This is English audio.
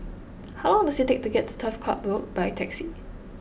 how long does it take to get to Turf Ciub Road by taxi